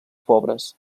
pobres